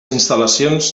instal·lacions